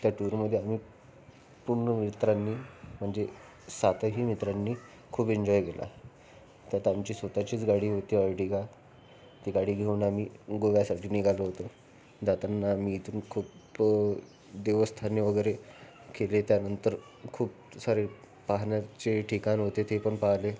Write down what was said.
त्या टूरमध्ये आम्ही पूर्ण मित्रांनी म्हणजे सातही मित्रांनी खूप एंजॉय केला त्यात आमची स्वत चीच गाडी होती अरटिगा ती गाडी घेऊन आम्ही गोव्यासाठी निघालो होतो जाताना आम्ही इथून खूप देवस्थाने वगैरे केले त्यानंतर खूप सारे पाहण्याचे ठिकाण होते ते पण पाहिले